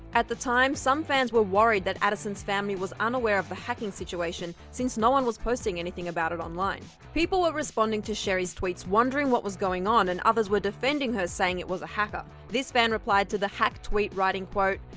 at the time, some fans were worried that addison's family was unaware of the hacking situation, since no one was posting anything about it online. people were ah responding to sheri's tweets wondering what was going on and others were defending her saying it was a hacker. this fan replied to the hacked tweeted writing quote,